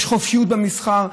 יש חופש במסחר.